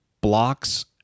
Blocks